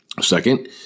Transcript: Second